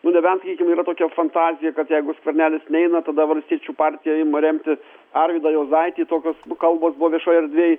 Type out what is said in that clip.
nu nebent sakykim yra tokia fantazija kad jeigu skvernelis neina tada valstiečių partija ima remti arvydą juozaitį tokios nu kalbos buvo viešoj erdvėj